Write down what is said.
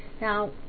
Now